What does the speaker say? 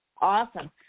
awesome